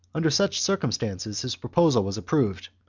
under such circumstances his proposal was approved,